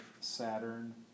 Saturn